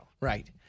Right